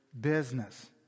business